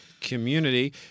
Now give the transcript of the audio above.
community